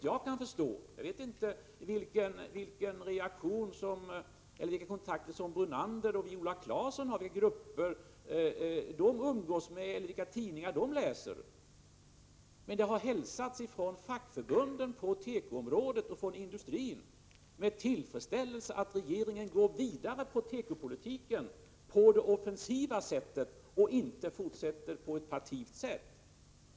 Jag vet inte vilka kontakter Lennart Brunander och Viola Claesson har i de grupper som de umgås med och vilka tidningar de läser, men det har hälsats från fackförbunden på tekoområdet och från industrin med tillfredsställelse att regeringen går vidare på tekopolitikens område på det offensiva sättet och inte är passiv.